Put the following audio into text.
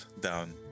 down